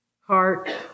heart